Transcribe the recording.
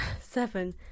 seven